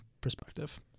perspective